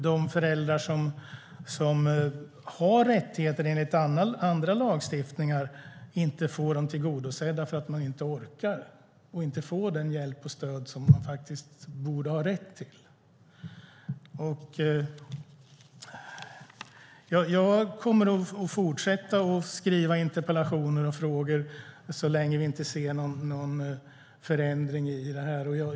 De föräldrar som har rättigheter enligt andra lagstiftningar får dem inte tillgodosedda för att de inte orkar och inte får den hjälp och det stöd som de borde ha rätt till. Jag kommer att fortsätta att skriva interpellationer och frågor så länge vi inte ser någon förändring i detta.